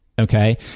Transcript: Okay